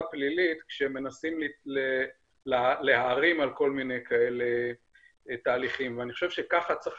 פלילית כשהם מנסים להערים על כל מיני תהליכים כאלה.